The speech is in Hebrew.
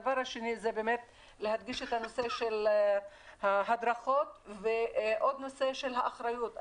הדבר השני זה באמת להדגיש את הנושא של ההדרכות ועוד נושא זה האחריות.